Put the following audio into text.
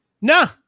No